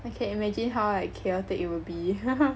I can imagine how like chaotic it will be